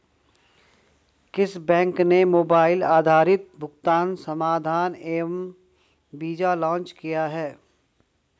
किस बैंक ने मोबाइल आधारित भुगतान समाधान एम वीज़ा लॉन्च किया है?